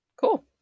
Cool